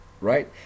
right